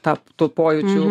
tą tų pojūčių